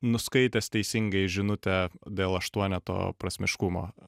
nuskaitęs teisingai žinutę dėl aštuoneto prasmiškumo